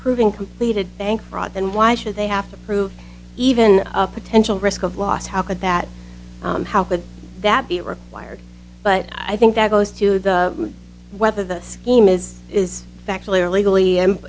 proving completed bank fraud then why should they have to prove even a potential risk of loss how could that how could that be required but i think that goes to the whether the scheme is is factually or legally